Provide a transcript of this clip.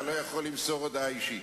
אתה לא יכול למסור הודעה אישית.